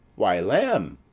why, lamb!